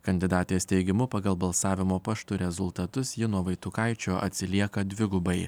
kandidatės teigimu pagal balsavimo paštu rezultatus ji nuo vaitukaičio atsilieka dvigubai